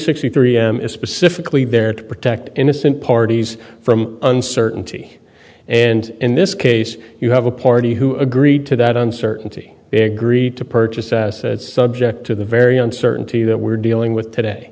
sixty three m is specifically there to protect innocent parties from uncertainty and in this case you have a party who agreed to that uncertainty they agreed to purchase assets subject to the very uncertainty that we're dealing with today